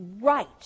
right